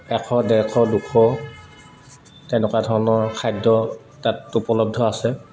এশ ডেৰশ দুশ তেনেকুৱা ধৰণৰ খাদ্য তাত উপলব্ধ আছে